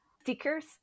stickers